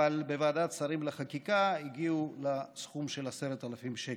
אבל בוועדת שרים לחקיקה הגיעו לסכום של 10,000 שקל.